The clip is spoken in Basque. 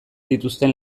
dituzten